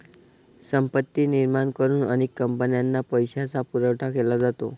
संपत्ती निर्माण करून अनेक कंपन्यांना पैशाचा पुरवठा केला जातो